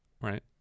right